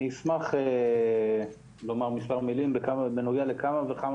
אני אשמח לומר מספר מילים בנוגע לכמה וכמה